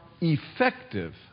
effective